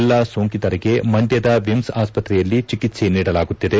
ಎಲ್ಲಾ ಸೋಂಕಿತರಿಗೆ ಮಂಡ್ಯದ ಮಿಮ್ಲ್ ಆಸ್ಪತ್ರೆಯಲ್ಲಿ ಚಿಕಿತ್ಸೆ ನೀಡಲಾಗುತ್ತಿದೆ